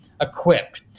equipped